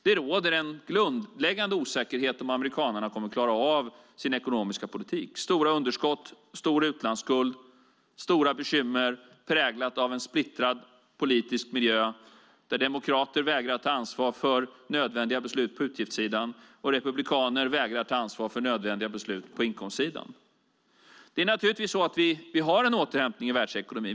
Det råder en grundläggande osäkerhet om amerikanerna kommer att klara av sin ekonomiska politik - stora underskott, stor utlandsskuld, stora bekymmer, präglat av en splittrad politisk miljö, där demokrater vägrar ta ansvar för nödvändiga beslut på utgiftssidan och republikaner vägrar ta ansvar för nödvändiga beslut på inkomstsidan. Vi har en återhämtning i världsekonomin.